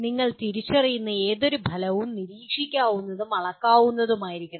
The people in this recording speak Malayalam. നിങ്ങൾ തിരിച്ചറിയുന്ന ഏതൊരു ഫലവും നിരീക്ഷിക്കാവുന്നതും അളക്കാവുന്നതുമായിരിക്കണം